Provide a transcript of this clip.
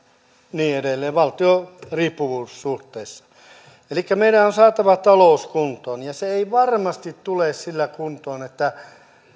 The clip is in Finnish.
niin edelleen valtioon riippuvuussuhteessa elikkä meidän on saatava talous kuntoon ja se ei varmasti tule sillä kuntoon että